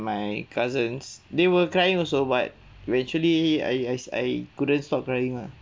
my cousins they were crying also but we actually I I I couldn't stop crying lah